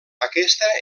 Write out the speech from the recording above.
aquesta